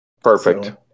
Perfect